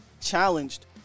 challenged